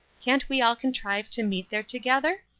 can't we all contrive to meet there together?